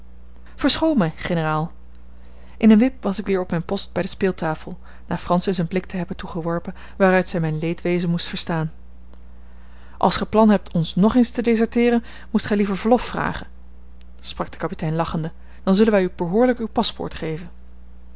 mij generaal in een wip was ik weer op mijn post bij de speeltafel na francis een blik te hebben toegeworpen waaruit zij mijn leedwezen moest verstaan als gij plan hebt om nog eens te deserteeren moest gij liever verlof vragen sprak de kapitein lachende dan zullen wij u behoorlijk uw paspoort geven